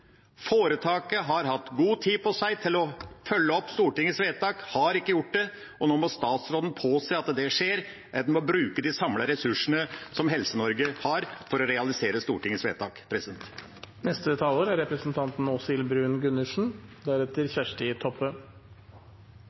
Foretaket har hatt god tid på seg til å følge opp Stortingets vedtak. De har ikke gjort det, og nå må statsråden påse at det skjer. En må bruke de samlede ressursene som Helse-Norge har for å realisere Stortingets vedtak. Det er en pandemi, og vi vet at det er